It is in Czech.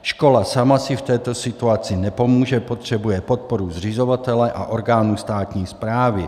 Škola sama si v této situaci nepomůže, potřebuje podporu zřizovatele a orgánů státní správy.